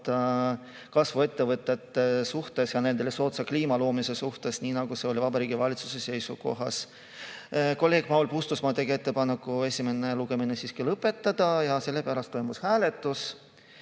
kasvuettevõtete ja nendele soodsa kliima loomise suhtes, nagu on Vabariigi Valitsusel. Kolleeg Paul Puustusmaa tegi ettepaneku esimene lugemine siiski lõpetada ja sellepärast toimus hääletus.